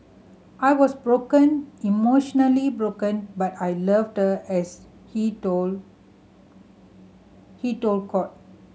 I was broken emotionally broken but I loved as he told he told court